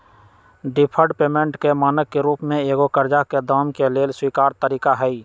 deferred payment के मानक के रूप में एगो करजा के दाम के लेल स्वीकार तरिका हइ